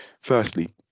firstly